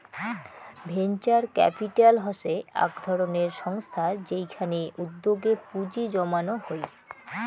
venture capital হসে আক ধরণের সংস্থা যেইখানে উদ্যোগে পুঁজি জমানো হই